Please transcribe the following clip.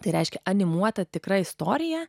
tai reiškia animuota tikra istorija